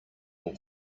will